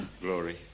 Glory